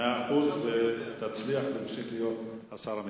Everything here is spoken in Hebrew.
מאה אחוז, תצליח ותמשיך להיות השר המקשר.